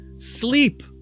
Sleep